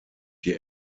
die